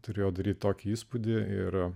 turėjo daryti tokį įspūdį ir